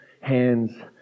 hands